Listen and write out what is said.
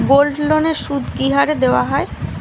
গোল্ডলোনের সুদ কি হারে দেওয়া হয়?